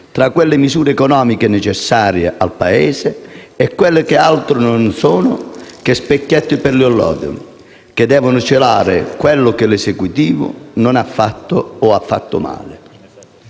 tra le misure economiche necessarie al Paese e quelle che altro non sono che specchietti per le allodole che devono celare quanto l'Esecutivo non ha fatto o ha fatto male.